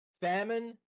famine